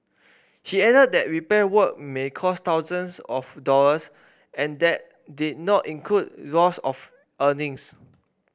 he added that repair work may cost thousands of dollars and that did not include loss of earnings